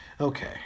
okay